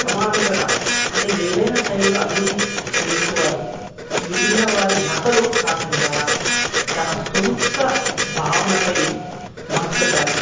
ప్రమాణకత అంటే ఏదైనా స్థైలు అభివృద్ధి చేసుకోవాలి మిగిలిన వారి నకలు కాకుండా తన సొంత భావనపై మనసుపెట్టాలి